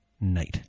night